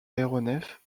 aéronefs